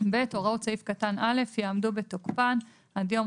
"(ב)הוראות סעיף קטן (א) יעמדו בתוקפן עד יום